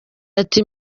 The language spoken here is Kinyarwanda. ati